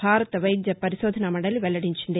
భారత వైద్య పరిశోధన మండలి వెల్లడించింది